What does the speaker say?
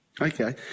Okay